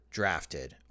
drafted